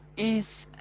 is.